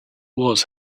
was